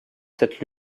cette